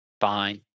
fine